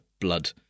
blood